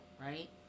right